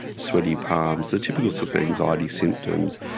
sweaty palms, the typical sort of anxiety symptoms.